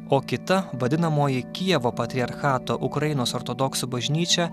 o kita vadinamoji kijevo patriarchato ukrainos ortodoksų bažnyčia